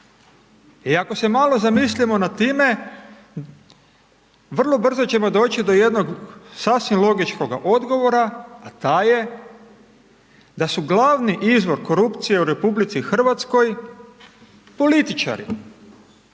I ako se malo zamislimo nad time, vrlo brzo ćemo doći do jednog sasvim logičkoga odgovora a taj je da su glavni izvor korupcije u RH političari.